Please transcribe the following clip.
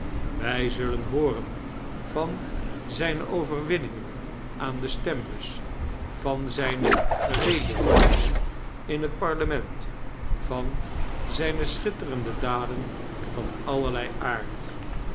wij zullen hooren van zijne overwinningen aan de stembus van zijne redevoeringen in het parlement van zijne schitterende daden van allerlei aard